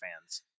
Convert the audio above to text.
fans